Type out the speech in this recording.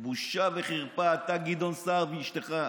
בושה וחרפה, אתה, גדעון סער, ואשתך.